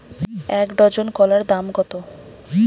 এক ডজন কলার দাম কত?